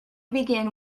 begin